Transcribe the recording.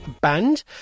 band